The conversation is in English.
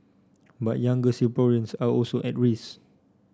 but younger Singaporeans are also at risk